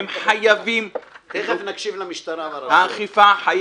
הם חייבים --- תיכף נקשיב למשטרה ולרשויות המקומיות.